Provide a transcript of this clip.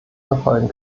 verfolgen